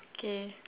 okay